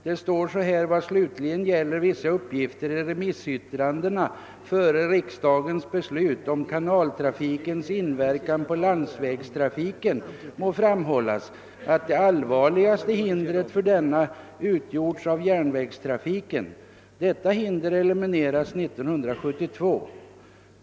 Det står bl.a. följande: »Vad slutligen gäller vissa uppgifter i remissyttrandena före riksdagens beslut om kanaltrafikens inverkan på landsvägstrafiken må framhållas, att det allvarligaste hindret för denna utgjorts av järnvägstrafiken. Detta hinder elimineras 1972.